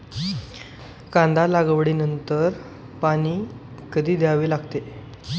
कांदा लागवडी नंतर पाणी कधी द्यावे लागते?